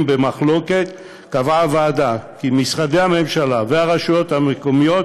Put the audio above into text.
במחלוקת קבעה הוועדה כי משרדי הממשלה והרשויות המקומיות